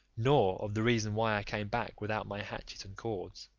nor of the reason why i came back without my hatchet and cords.